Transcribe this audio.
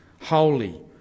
holy